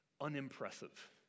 unimpressive